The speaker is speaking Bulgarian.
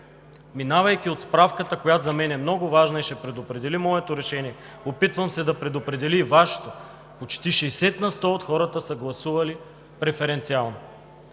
Минавайки от справката, която за мен е много важна, ще предопредели моето решение, опитвам се да предопредели и Вашето, но почти 60 на сто от хората са гласували преференциално.